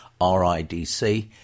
RIDC